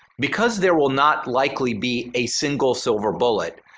because there will not likely be a single silver bullet,